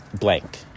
Blank